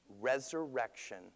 resurrection